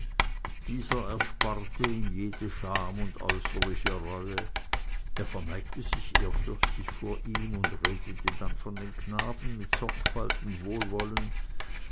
dieser ersparte ihm jede scham und äußerliche reue er verneigte sich ehrfürchtig vor ihm und redete dann von den knaben mit sorgfalt und wohlwollen